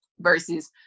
versus